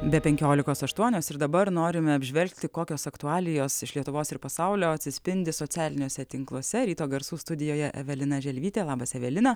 be penkiolikos aštuonios ir dabar norime apžvelgti kokios aktualijos iš lietuvos ir pasaulio atsispindi socialiniuose tinkluose ryto garsų studijoje evelina želvytė labas evelina